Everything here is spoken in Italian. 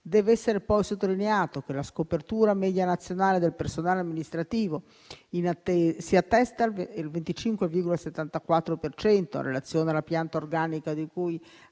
Dev'essere poi sottolineato che la scopertura media nazionale del personale amministrativo si attesta al 25,74 per cento in relazione alla pianta organica di cui